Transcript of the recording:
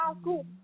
school